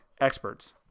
experts